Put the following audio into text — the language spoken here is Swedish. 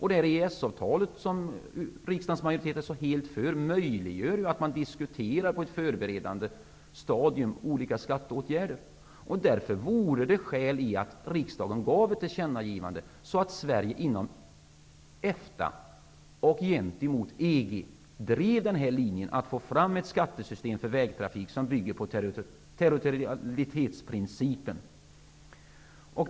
EES-avtalet, som riksdagens majoritet är så helt för, möjliggör att man diskuterar olika skattefrågor på ett förberedande stadium. Det vore skäl i att riksdagen gjorde ett tillkännagivande, så att Sverige inom EFTA och gentemot EG drev linjen att få fram ett skattesystem för vägtrafik som bygger på territorialitetsprincipen.